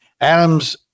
Adams